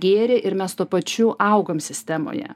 gėrį ir tuo pačiu augam sistemoje